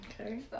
Okay